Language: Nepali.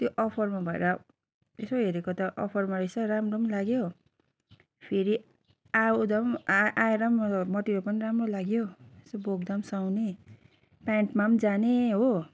त्यो अफरमा भएर यसो हेरेको त अफरमा रहेछ राम्रो पनि लाग्यो फेरि आउँदा पनि आएर पनि मटेरियल पनि राम्रो लाग्यो यसो बोक्दा पनि सुहाउने पेन्टमा पनि जाने हो